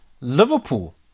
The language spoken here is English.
Liverpool